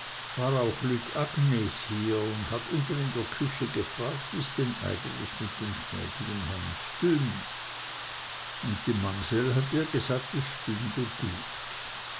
war auch lütt agnes hier un hat unten in der küche gefragt wie's denn eigentlich mit dem gnädigen herrn stünn und die mamsell hat ihr gesagt es stünde gut